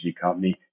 company